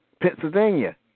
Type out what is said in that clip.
Pennsylvania